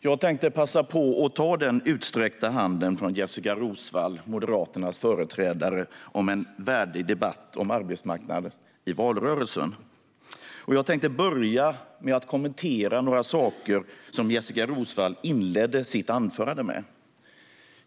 Jag tänkte passa på att ta den utsträckta handen från Jessika Roswall, Moderaternas företrädare, när det gäller en värdig debatt om arbetsmarknaden i valrörelsen. Jag tänkte börja med att kommentera några saker som Jessika Roswall inledde sitt anförande med.